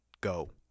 go